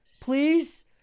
Please